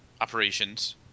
operations